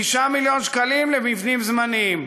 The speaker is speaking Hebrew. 9 מיליון שקלים למבנים זמניים.